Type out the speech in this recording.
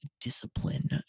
discipline